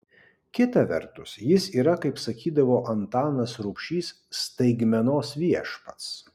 kita vertus jis yra kaip sakydavo antanas rubšys staigmenos viešpats